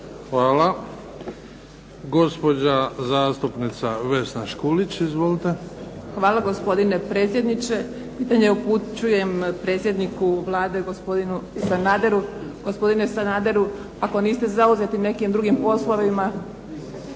Hvala. Gospođa zastupnica Vesna Škulić. Izvolite. **Škulić, Vesna (SDP)** Hvala gospodine predsjedniče. Pitanje upućujem predsjedniku Vlade gospodinu Sanaderu. Gospodine Sanader, ako niste zauzeti nekim drugim poslovima